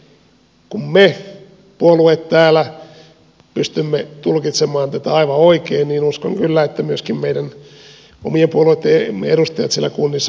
kun me puolueet täällä pystymme tulkitsemaan tätä aivan oikein niin uskon kyllä että myöskin meidän omien puolueittemme edustajat kunnissa pystyvät samaan